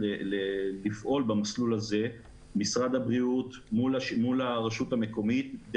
תהיה למשרד הבריאות מול הרשות המקומית אפשרות לפעול במסלול הזה,